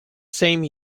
same